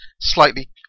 slightly